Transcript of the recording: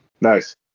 Nice